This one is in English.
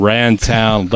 Rantown